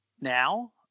now